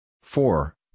four